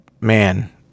man